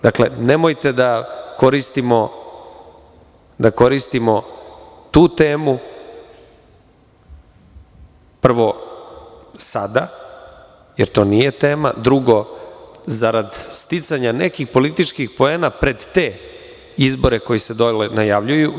Dakle, nemojte da koristimo tu temu prvo sada, jer to nije tema. drugo zarad sticanja nekih političkih poena pred te izbore koji se dole najavljuju.